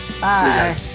Bye